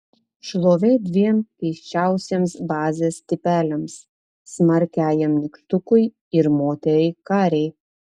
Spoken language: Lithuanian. šlovė dviem keisčiausiems bazės tipeliams smarkiajam nykštukui ir moteriai karei